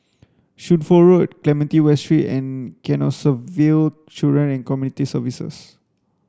Shunfu Road Clementi West Street and Canossaville Children and Community Services